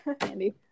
Andy